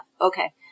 okay